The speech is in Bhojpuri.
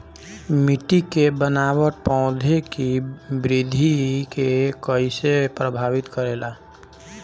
मिट्टी के बनावट पौधों की वृद्धि के कईसे प्रभावित करेला?